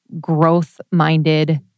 growth-minded